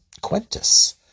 Quintus